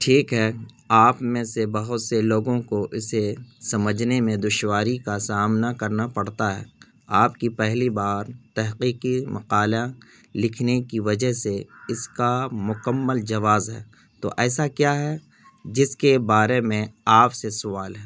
ٹھیک ہے آپ میں سے بہت سے لوگوں کو اسے سمجھنے میں دشواری کا سامنا کرنا پڑتا ہے آپ کی پہلی بار تحقیقی مقالہ لکھنے کی وجہ سے اس کا مکمل جواز ہے تو ایسا کیا ہے جس کے بارے میں آپ سے سوال ہے